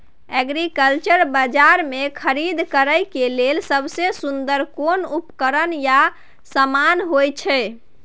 Agriculture बाजार में खरीद करे के लेल सबसे सुन्दर कोन उपकरण या समान होय छै?